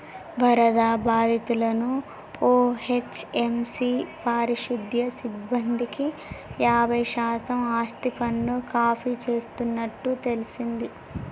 వరద బాధితులను ఓ.హెచ్.ఎం.సి పారిశుద్య సిబ్బందికి యాబై శాతం ఆస్తిపన్ను మాఫీ చేస్తున్నట్టు తెల్సింది